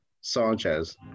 Sanchez